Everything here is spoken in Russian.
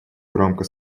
громко